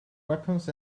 weapons